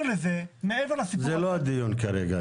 זה לא הדיון כרגע.